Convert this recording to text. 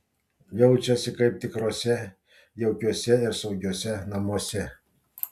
jaučiasi kaip tikruose jaukiuose ir saugiuose namuose